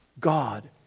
God